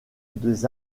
des